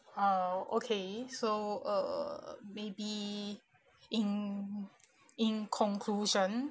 oh okay so uh maybe in in conclusion